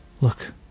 Look